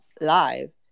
live